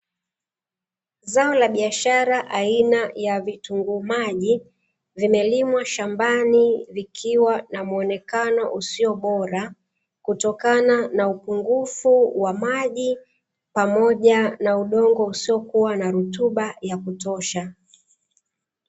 Zao la biashara aina ya vitunguu maji, vimelimwa shambani, vikiwa na muonekano usio bora kutokana na upungufu wa maji pamoja na udongo usiokuwa na rutuba ya kutosha.